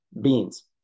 beans